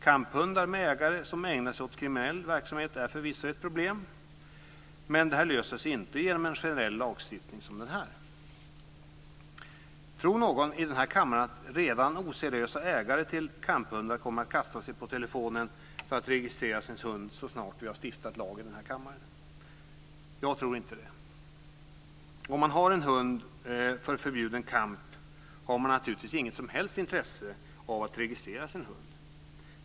Kamphundar med ägare som ägnar sig åt kriminell verksamhet är förvisso ett problem, men det löses inte genom en generell lagstiftning som denna. Tror någon i denna kammare att redan oseriösa ägare till kamphundar kommer att kasta sig på telefonen för att registrera sin hund så snart vi har stiftat lagen? Jag tror inte det. Om man har en hund för förbjuden kamp har man naturligtvis inget som helst intresse av att registrera sin hund.